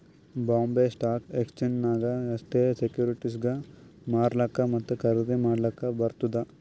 Bombay stock exchange ನಾಗ್ ಅಷ್ಟೇ ಸೆಕ್ಯೂರಿಟಿಸ್ಗ್ ಮಾರ್ಲಾಕ್ ಮತ್ತ ಖರ್ದಿ ಮಾಡ್ಲಕ್ ಬರ್ತುದ್